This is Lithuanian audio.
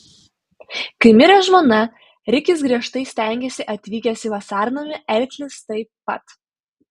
kai mirė žmona rikis griežtai stengėsi atvykęs į vasarnamį elgtis taip pat